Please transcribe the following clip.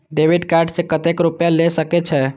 Debit card से कतेक रूपया ले सके छै?